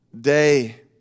day